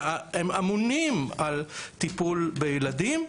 שאמונים על טיפול בילדים,